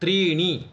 त्रीणि